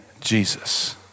Jesus